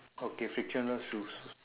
okay frictionless shoes